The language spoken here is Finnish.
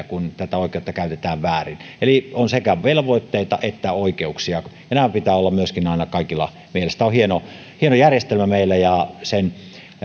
kun tätä oikeutta käytetään väärin eli on sekä velvoitteita että oikeuksia ja nämä pitää myöskin olla aina kaikilla mielessä tämä on hieno hieno järjestelmä meillä ja sen